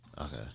okay